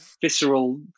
visceral